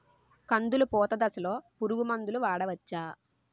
కందులు పూత దశలో పురుగు మందులు వాడవచ్చా?